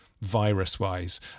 virus-wise